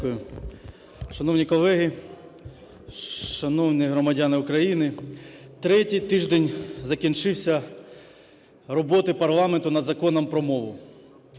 Дякую. Шановні колеги, шановні громадяни України! Третій тиждень закінчився роботи парламенту над Законом про мову.